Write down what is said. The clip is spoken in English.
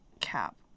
Cap